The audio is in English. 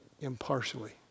impartially